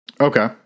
Okay